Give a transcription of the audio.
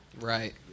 Right